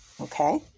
Okay